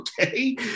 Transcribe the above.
okay